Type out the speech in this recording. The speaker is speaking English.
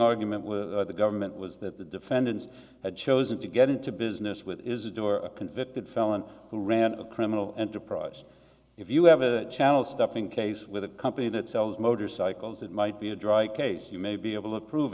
argument with the government was that the defendants had chosen to get into business with isidore a convicted felon who ran a criminal enterprise if you have a channel stuffing case with a company that sells motorcycles it might be a dry case you may be able to prove